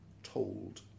Told